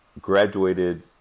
graduated